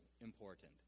important